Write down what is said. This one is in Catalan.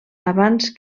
abans